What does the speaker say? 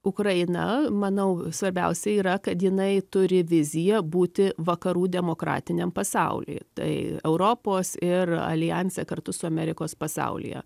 ukraina manau svarbiausia yra kad jinai turi viziją būti vakarų demokratiniam pasauly tai europos ir aljanse kartu su amerikos pasaulyje